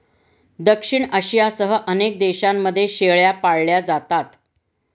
दक्षिण आशियासह अनेक देशांमध्ये शेळ्या पाळल्या जातात